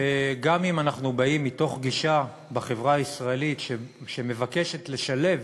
שגם אם אנחנו באים מתוך גישה בחברה הישראלית שמבקשת לשלב